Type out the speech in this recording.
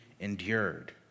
endured